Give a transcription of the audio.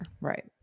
Right